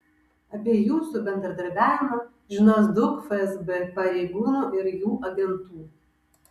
apie jūsų bendradarbiavimą žinos daug fsb pareigūnų ir jų agentų